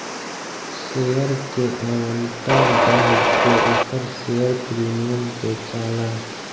share के आवंटन दाम के उपर शेयर प्रीमियम बेचाला